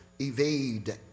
evade